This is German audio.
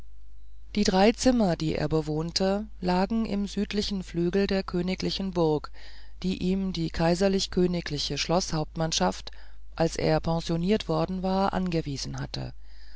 die drei zimmer die er bewohnte lagen im südlichen flügel der königlichen burg die ihm die k k schloßhauptmannschaft als er pensioniert worden war angewiesen hatte